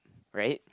right